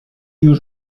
już